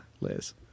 Liz